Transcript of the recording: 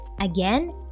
again